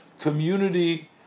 community